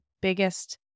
biggest